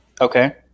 Okay